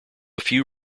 few